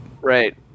right